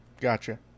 gotcha